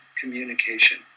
communication